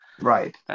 Right